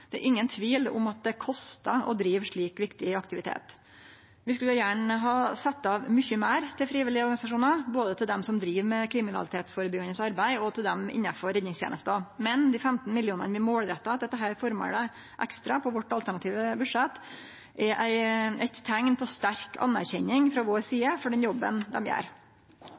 Det er ingen tvil om at det kostar å drive slik viktig aktivitet. Vi skulle gjerne ha sett av mykje meir til frivillige organisasjonar, både til dei som driv med kriminalitetsførebyggjande arbeid, og til dei innanfor redningstenesta, men dei 15 mill. kr vi målrettar ekstra til dette føremålet på vårt alternative budsjett, er eit teikn på sterk anerkjenning frå vår side for den jobben dei gjer.